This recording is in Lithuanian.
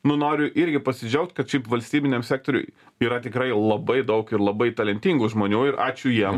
nu noriu irgi pasidžiaugt kad šiaip valstybiniam sektoriuj yra tikrai labai daug ir labai talentingų žmonių ir ačiū jiem